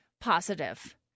positive